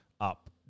up